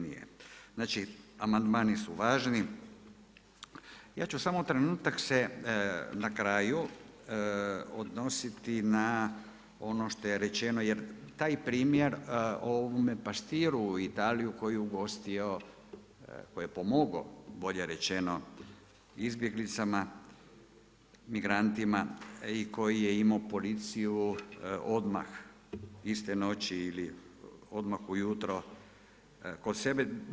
Znači, amandmani su važni, ja ću samo trenutak se na kraju odnositi na ono što je rečeno, jer taj primjer o ovome pastiru u Italiji, koji je ugostio, koji je pomogao, bolje rečeno izbjeglicama, migrantima i koji je imao policiju odmah iste noći ili odmah ujutro kod sebe.